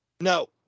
No